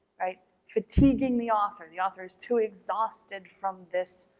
fatiguing the author, the author is too exhausted from this,